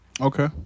Okay